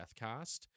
Deathcast